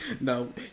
No